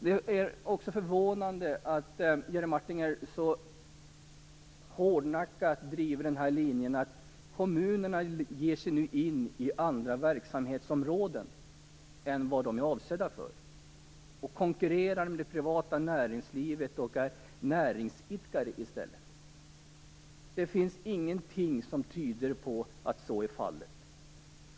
Det är förvånande att Jerry Martinger så hårdnackat driver linjen att kommunerna ger sig in på andra verksamhetsområden än avsett, att de blir näringsidkare och konkurrerar med det privata näringslivet. Det finns ingenting som tyder på att så är fallet.